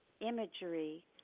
imagery